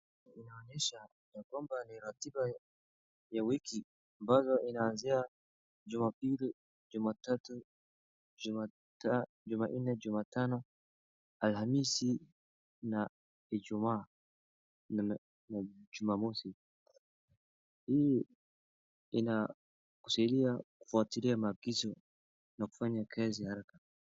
Hii inaonyesha ya kwamba ni ratiba ya wiki ambazo inaanzia Jumapili, Jumatatu, Jumanne, Jumatano, Alhamisi na Ijumaa na Jumamosi. Hii inaashiria kufuatilia maagizo na kufanya kazi haraka.